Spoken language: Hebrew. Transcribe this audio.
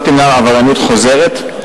לא תמנע עבריינות חוזרת.